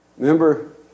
Remember